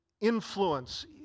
influence